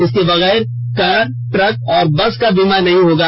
इसके बगैर car truck और बस का बीमा नहीं होगा